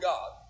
God